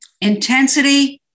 intensity